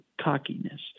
cockiness